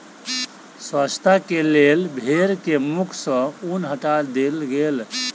स्वच्छता के लेल भेड़ के मुख सॅ ऊन हटा देल गेल